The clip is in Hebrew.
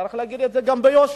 צריך להגיד את זה גם ביושר.